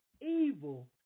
evil